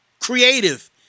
Creative